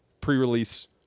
pre-release